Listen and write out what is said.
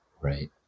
right